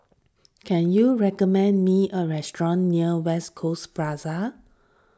can you recommend me a restaurant near West Coast Plaza